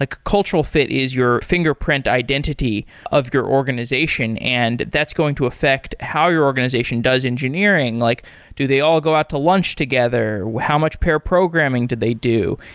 like cultural fit is your fingerprint identity of your organization, and that's going to affect how your organization does engineering. like do they all go out to lunch together? how much pair programming do they do?